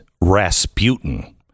Rasputin